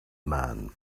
man